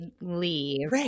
leave